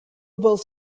both